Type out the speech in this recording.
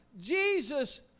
Jesus